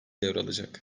devralacak